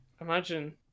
imagine